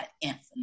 infinite